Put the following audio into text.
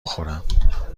بخورم